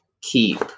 Keep